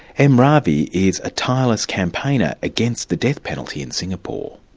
m ravi is a tireless campaigner against the death penalty in singapore.